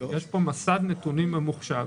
יש פה מסד נתונים ממוחשב